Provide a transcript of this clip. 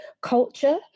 Culture